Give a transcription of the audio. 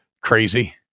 crazy